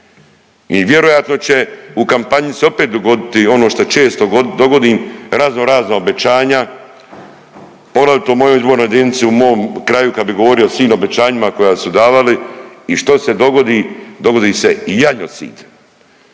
i vjerojatno će u kampanji se opet dogoditi ono što često govorim razno razna obećanja poglavito u mojoj izbornoj jedinici, u mom kraju kad bi govorio o silnim obećanjima koja su davali. I što se dogodi? Dogodi se janjocid.